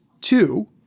Two